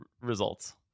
results